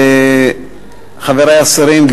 חברי השרים,